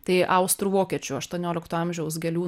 tai austrų vokiečių aštuoniolikto amžiaus gėlių